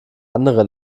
andere